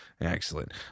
Excellent